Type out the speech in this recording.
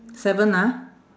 seven ah